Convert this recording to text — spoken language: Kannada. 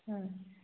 ಹ್ಞೂ